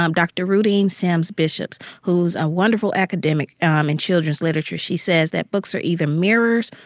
um dr. rudine sims bishops, who's a wonderful academic um in children's literature, she says that books are either mirrors,